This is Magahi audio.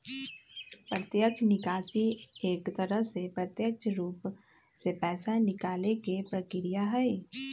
प्रत्यक्ष निकासी एक तरह से प्रत्यक्ष रूप से पैसा निकाले के प्रक्रिया हई